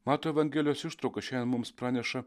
mato evangelijos ištrauka šiandien mums praneša